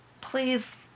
please